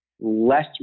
less